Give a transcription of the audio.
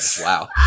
Wow